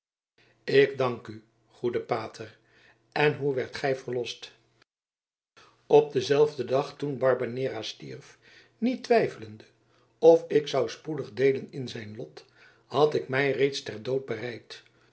ik dank u goede pater en hoe werdt gij verlost op denzelfden dag toen barbanera stierf niet twijfelende of ik zou spoedig deelen in zijn lot had ik mij reeds ter dood bereid